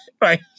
Right